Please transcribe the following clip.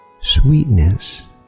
sweetness